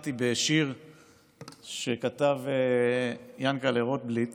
ונזכרתי בשיר שכתב יענקל'ה רוטבליט